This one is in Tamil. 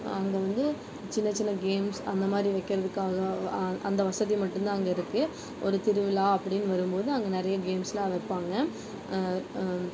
அங்கே வந்து சின்ன சின்ன கேம்ஸ் அந்த மாதிரி வைக்கிறதுக்காக அந்த வசதி மட்டும்தான் அங்கு இருக்குது ஒரு திருவிழா அப்படின் வரும்போது அங்கே நிறைய கேம்ஸெல்லாம் வைப்பாங்க